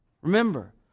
Remember